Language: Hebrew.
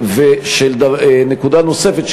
ושל נקודה נוספת,